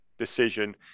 decision